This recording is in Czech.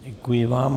Děkuji vám.